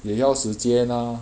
也要时间 ah